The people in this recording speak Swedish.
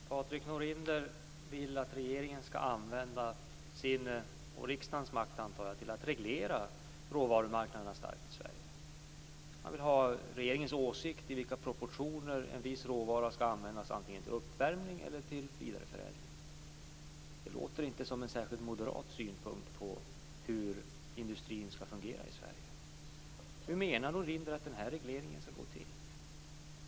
Herr talman! Patrik Norinder vill att regeringen skall använda sin och jag antar även riksdagens makt till att reglera råvarumarknaden starkt i Sverige. Han vill ha regeringens åsikt om i vilka proportioner en viss råvara skall användas antingen till uppvärmning eller till vidareförädling. Det låter inte som en särskilt moderat synpunkt på hur industrin skall fungera i Hur menar Norinder att den regleringen skall gå till?